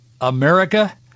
America